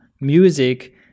music